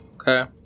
Okay